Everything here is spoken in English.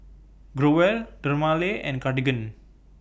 Growell Dermale and Cartigain